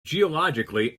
geologically